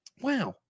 Wow